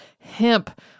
hemp